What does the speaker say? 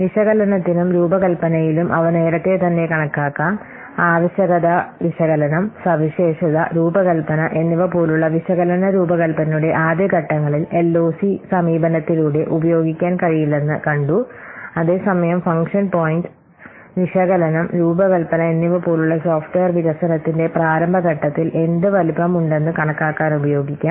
വിശകലനത്തിലും രൂപകൽപ്പനയിലും അവ നേരത്തേ തന്നെ കണക്കാക്കാം ആവശ്യകത വിശകലനം സവിശേഷത രൂപകൽപ്പന എന്നിവ പോലുള്ള വിശകലന രൂപകൽപ്പനയുടെ ആദ്യ ഘട്ടങ്ങളിൽ എൽഓസി സമീപനത്തിലൂടെ ഉപയോഗിക്കാൻ കഴിയില്ലെന്ന് കണ്ടു അതേസമയം ഫംഗ്ഷൻ പോയിന്റ് വിശകലനം രൂപകൽപ്പന എന്നിവ പോലുള്ള സോഫ്റ്റ്വെയർ വികസനത്തിന്റെ പ്രാരംഭ ഘട്ടത്തിൽ എന്ത് വലുപ്പം ഉണ്ടെന്നു കണക്കാക്കാൻ ഉപയോഗിക്കാം